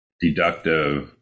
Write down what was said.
deductive